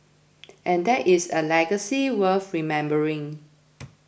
and that is a legacy worth remembering